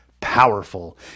powerful